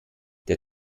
der